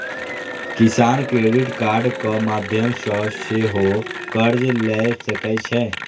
किसान क्रेडिट कार्डक माध्यम सं सेहो कर्ज लए सकै छै